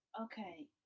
Okay